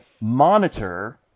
monitor